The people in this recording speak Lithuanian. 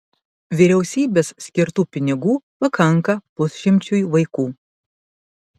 vyriausybės skirtų pinigų pakanka pusšimčiui vaikų